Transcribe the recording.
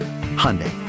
Hyundai